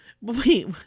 Wait